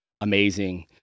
amazing